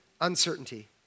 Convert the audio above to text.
uncertainty